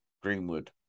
Greenwood